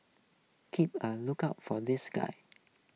keep a lookout for this guy